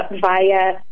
via